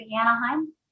Anaheim